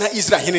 israel